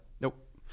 Nope